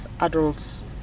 Adults